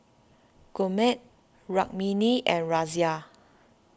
Gurmeet Rukmini and Razia